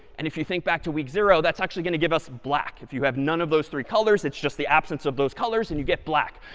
and if you think back to week zero that's actually going to give us black. if you have none of those three colors, it's just the absence of those colors and you get black.